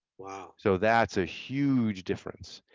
so that's a huge difference.